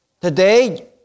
Today